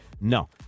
no